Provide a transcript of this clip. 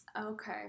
Okay